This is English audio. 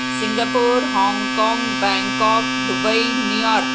Singapore Hong Kong Bangkok Dubai New York